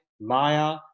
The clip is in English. Maya